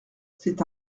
c’est